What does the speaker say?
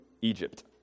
Egypt